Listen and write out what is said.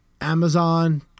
Amazon